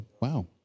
Wow